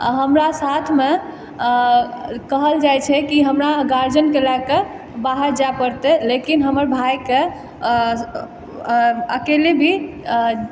अऽ हमरा साथमे अऽ कहल जाइ छै कि हमरा गार्जिनके लए कऽ बाहर जाय पड़तै लेकिन हमर भायके अऽ अऽ अकेले भी अऽ